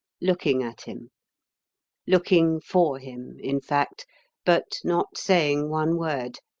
looking at him looking for him, in fact but not saying one word,